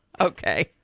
okay